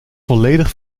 volledig